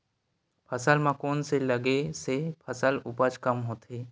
फसल म कोन से लगे से फसल उपज कम होथे?